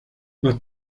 más